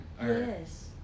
yes